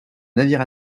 navire